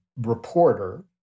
reporter